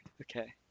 Okay